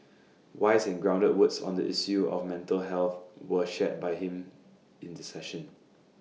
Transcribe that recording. wise and grounded words on the issue of mental health were shared by him in the session